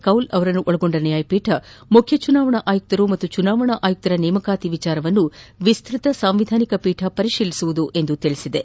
ಕೌಲ್ ಅವರನ್ನೊಳಗೊಂಡ ನ್ನಾಯಪೀಠ ಮುಖ್ಯ ಚುನಾವಣಾ ಆಯುಕ್ತರು ಮತ್ತು ಚುನಾವಣಾ ಆಯುಕ್ತರ ನೇಮಕಾತಿ ವಿಷಯವನ್ನು ವಿಸ್ತತ ಸಂವಿಧಾನಿಕ ಪೀಠ ಪರಿಶೀಲಸಲಿದೆ ಎಂದು ತಿಳಿಸಿತು